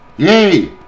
Yay